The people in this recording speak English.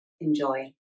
Enjoy